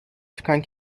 çıkan